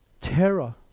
terror